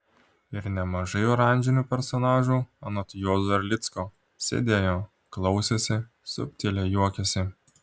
ir nemažai oranžinių personažų anot juozo erlicko sėdėjo klausėsi subtiliai juokėsi